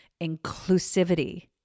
inclusivity